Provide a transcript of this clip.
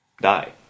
die